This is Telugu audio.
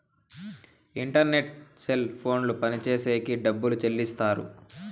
ఇంటర్నెట్టు సెల్ ఫోన్లు పనిచేసేకి డబ్బులు చెల్లిస్తారు